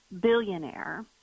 billionaire